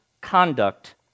conduct